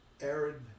arid